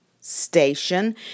station